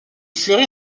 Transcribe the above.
fleurit